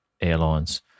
airlines